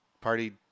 party